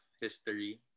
history